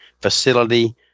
facility